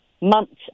months